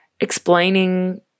explaining